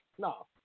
No